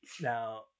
Now